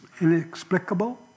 inexplicable